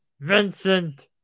Vincent